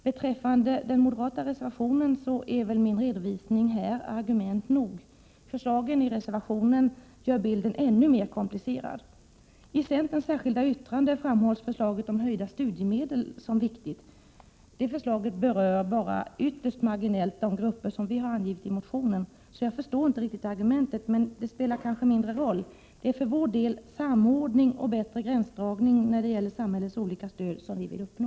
Beträffande den moderata reservationen är väl min redovisning här argument nog. Förslagen i reservationen gör bilden ännu mer komplicerad. som viktigt. Det förslaget berör bara ytterst marginellt de grupper som vi har angivit i motionen, så jag förstår inte riktigt argumentet. Men det spelar kanske mindre roll. För vår del är det samordning och bättre gränsdragning när det gäller samhällets olika stöd som vi vill uppnå.